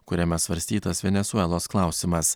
kuriame svarstytas venesuelos klausimas